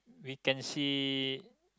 we can see